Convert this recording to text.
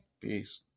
Peace